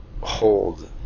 hold